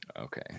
Okay